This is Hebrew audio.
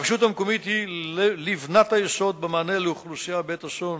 הרשות המקומית היא לבנת היסוד במענה לאוכלוסייה בעת אסון